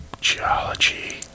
Geology